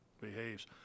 behaves